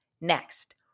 Next